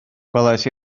gwelais